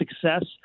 success